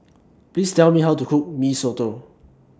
Please Tell Me How to Cook Mee Soto